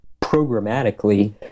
programmatically